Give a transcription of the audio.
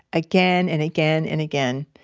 again and again and again.